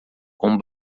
com